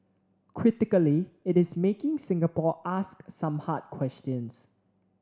critically it is making Singapore ask some hard questions